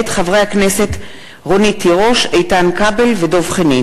מתכנס הקבינט המדיני-ביטחוני כדי לדון במונופול